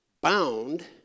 bound